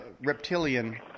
reptilian